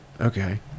okay